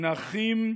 נכים,